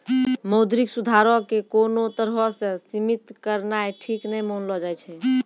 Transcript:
मौद्रिक सुधारो के कोनो तरहो से सीमित करनाय ठीक नै मानलो जाय छै